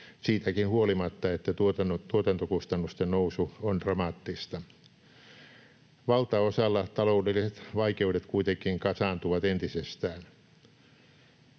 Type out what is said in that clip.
siitäkin huolimatta, että tuotantokustannusten nousu on dramaattista. Valtaosalla taloudelliset vaikeudet kuitenkin kasaantuvat entisestään.